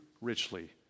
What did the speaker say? richly